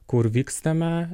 kur vykstame